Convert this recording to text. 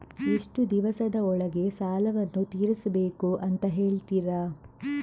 ಎಷ್ಟು ದಿವಸದ ಒಳಗೆ ಸಾಲವನ್ನು ತೀರಿಸ್ಬೇಕು ಅಂತ ಹೇಳ್ತಿರಾ?